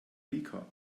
rica